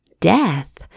death